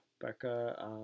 Becca